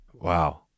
wow